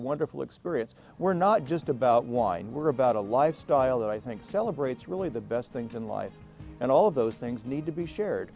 wonderful experience we're not just about wine we're about a lifestyle that i think celebrates really the best things in life and all of those things need to be shared